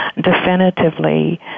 definitively